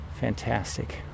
Fantastic